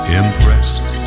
impressed